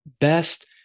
best